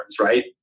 right